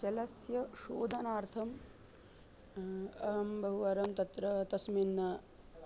जलस्य शोधनार्थम् अहं बहुवारं तत्र तस्मिन्